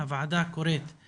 קוראת